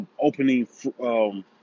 opening